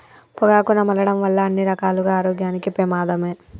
పొగాకు నమలడం వల్ల అన్ని రకాలుగా ఆరోగ్యానికి పెమాదమే